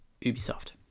Ubisoft